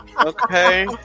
Okay